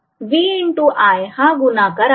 V × I हा हा गुणाकार आहे